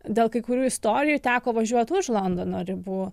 dėl kai kurių istorijų teko važiuot už londono ribų